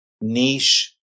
niche